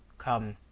come,